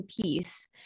piece